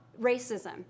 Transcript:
racism